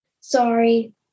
sorry